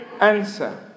answer